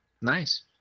Nice